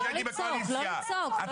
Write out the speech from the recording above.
ואני בקואליציה.